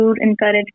encourage